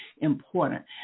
important